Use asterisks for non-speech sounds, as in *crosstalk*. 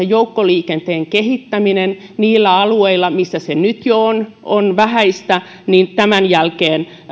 *unintelligible* joukkoliikenteen kehittämisestä niillä alueilla missä se nyt jo on on vähäistä tämän jälkeen